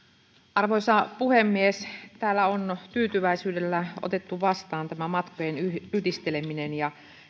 arvoisa puhemies täällä on tyytyväisyydellä otettu vastaan tämä matkojen yhdisteleminen ja